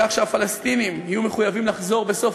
שהפלסטינים יהיו מחויבים לחזור בסוף